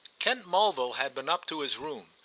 kent mulville had been up to his room,